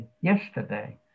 yesterday